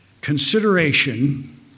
consideration